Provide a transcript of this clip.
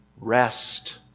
Rest